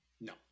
No